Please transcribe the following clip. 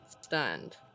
stunned